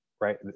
right